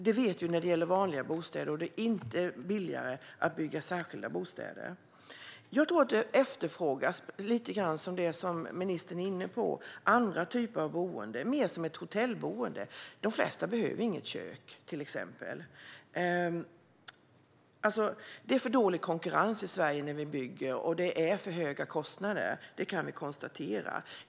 Så är det när det gäller vanliga bostäder, och det är inte billigare att bygga särskilda bostäder. Jag tror att det som efterfrågas är andra typer av boenden - mer som ett hotellboende - vilket ministern var lite inne på. De flesta behöver till exempel inte något kök. Det är för dålig konkurrens i Sverige när vi bygger, och kostnaderna är för höga - det kan vi konstatera.